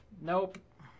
Nope